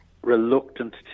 reluctant